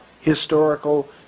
historical